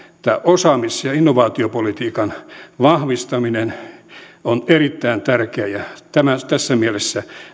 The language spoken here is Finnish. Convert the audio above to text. osaamis ja innovaatiopolitiikan vahvistaminen on erittäin tärkeää ja tässä mielessä